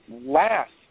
last